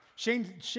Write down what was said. Shane